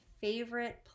favorite